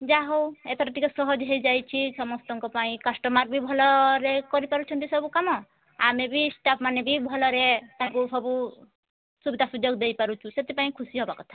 ଯାହା ହେଉ ଏଥର ଟିକିଏ ସହଜ ହେଇଯାଇଛି ସମସ୍ତଙ୍କ ପାଇଁ କଷ୍ଟମର୍ ବି ଭଲରେ କରିପାରୁଛନ୍ତି ସବୁ କାମ ଆମେ ବି ଷ୍ଟାଫ୍ମାନେ ବି ସବୁ ଭଲରେ ତାଙ୍କୁ ସବୁ ସୁବିଧା ସୁଯୋଗ ଦେଇପାରୁଛୁ ସେଥିପାଇଁ ଖୁସି ହେବା କଥା